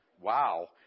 Wow